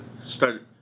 Started